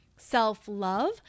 self-love